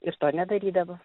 ir to nedarydavo